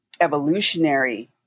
evolutionary